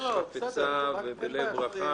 בנפש חפצה ובלב רחב.